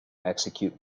execute